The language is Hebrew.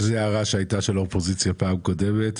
זו הערה שהייתה של האופוזיציה בפעם הקודמת,